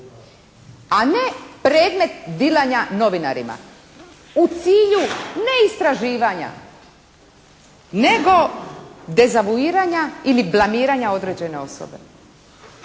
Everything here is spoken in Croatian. a ne predmet dilanja novinarima u cilju ne istraživanja, nego dezavuiranja ili blamiranja određene osobe.